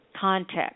context